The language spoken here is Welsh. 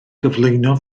gyflwyno